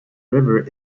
river